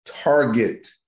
target